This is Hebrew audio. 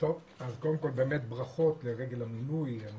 קודם כול, ברכות לרגל המינוי.